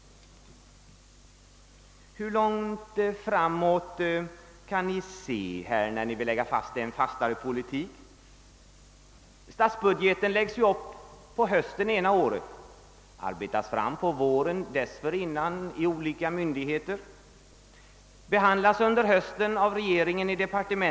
Hur långt fram i tiden kan ni se, när ni vill utforma denna fastare poli tik? Förslag till statsbudgeten utarbetas i departementen på hösten ena året sedan förslag för de olika verkens anslagsbehov på våren dessförinnan utarbetats av respektive myndigheter.